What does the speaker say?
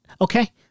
Okay